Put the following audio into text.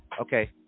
Okay